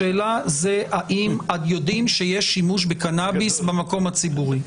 השאלה היא האם יודעים שיש שימוש במקום ציבורי.